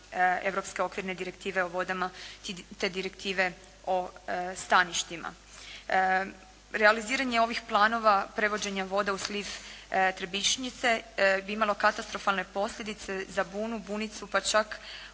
europske okvirne direktive o vodama, te direktive o staništima. Realiziranje ovih planova, prevođenje voda u sliv Trebišnjice bi imalo katastrofalne posljedice za Bunu, Bunicu, pa čak umiranje